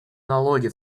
налоги